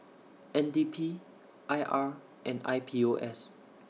N D P I R and I P O S